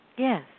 Yes